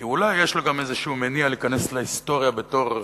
כי אולי יש לו איזה מניע להיכנס להיסטוריה בתור,